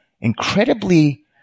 incredibly